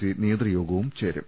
C നേതൃയോഗവും ചേരും